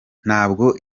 ntabwo